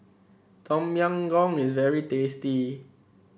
Tom Yam Goong is very tasty